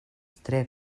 tre